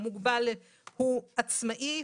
הוא מוגבל, הוא עצמאי.